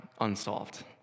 unsolved